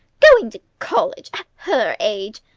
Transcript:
going to college! at her age!